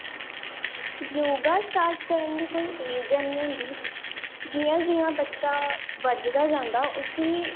yoga start करन दी कोई एज़ नी होंदी जियां जियां बच्चा बधदा जंदा उसी